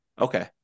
Okay